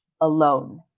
alone